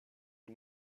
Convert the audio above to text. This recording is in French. des